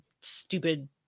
stupid